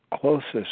closest